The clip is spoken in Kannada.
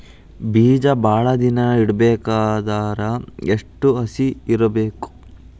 ಬೇಜ ಭಾಳ ದಿನ ಇಡಬೇಕಾದರ ಎಷ್ಟು ಹಸಿ ಇರಬೇಕು?